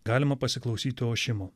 galima pasiklausyti ošimo